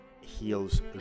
heals